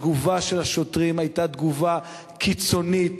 התגובה של השוטרים היתה תגובה קיצונית,